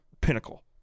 pinnacle